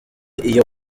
iyo